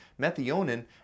methionine